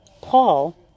Paul